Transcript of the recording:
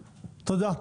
תודה.